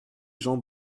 jean